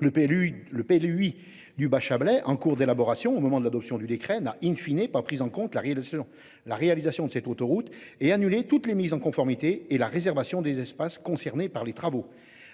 le lui du bas Chablais en cours d'élaboration au moment de l'adoption du décret n'a in fine est pas pris en compte la règle selon la réalisation de cette autoroute est annulé toutes les mises en conformité et la réservation des espaces concernés par les travaux.